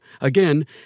Again